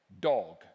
dog